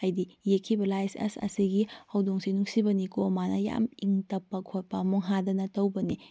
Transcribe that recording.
ꯍꯥꯏꯗꯤ ꯌꯦꯛꯈꯤꯕ ꯂꯥꯏ ꯑꯁ ꯑꯁꯤꯒꯤ ꯍꯧꯗꯣꯡꯁꯦ ꯅꯨꯡꯁꯤꯕꯅꯤꯀꯣ ꯃꯥꯅ ꯌꯥꯝ ꯏꯪ ꯇꯞꯄ ꯈꯣꯠꯄ ꯃꯣꯡ ꯍꯥꯗꯅ ꯇꯧꯕꯅꯤ